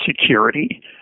security